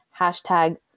Hashtag